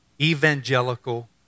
evangelical